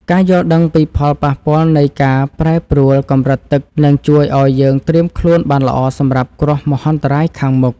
ការយល់ដឹងពីផលប៉ះពាល់នៃការប្រែប្រួលកម្រិតទឹកនឹងជួយឱ្យយើងត្រៀមខ្លួនបានល្អសម្រាប់គ្រោះមហន្តរាយខាងមុខ។